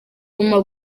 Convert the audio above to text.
guma